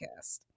podcast